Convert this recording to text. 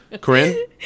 Corinne